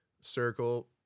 Circle